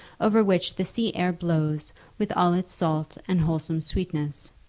over which the sea air blows with all its salt and wholesome sweetness.